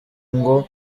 ngo